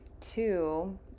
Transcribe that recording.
Two